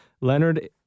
Leonard